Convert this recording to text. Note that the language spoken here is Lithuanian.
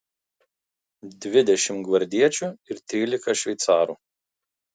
dvidešimt gvardiečių ir trylika šveicarų